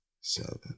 seven